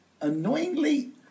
Annoyingly